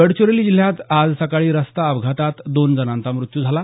गडचिरोली जिल्ह्यात आज सकाळी रस्ता अपघातात दोन जणांचा मृत्यू झाला